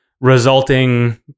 resulting